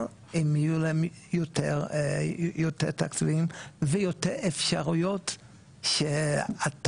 אבל אם יהיו להם יותר תקציבים ויותר אפשרויות שהתקציב,